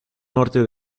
norte